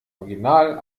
original